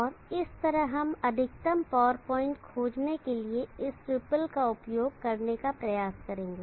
और इस तरह हम अधिकतम पावर पॉइंट खोजने के लिए इस रिपल का उपयोग करने का प्रयास करेंगे